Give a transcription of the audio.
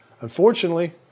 Unfortunately